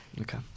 Okay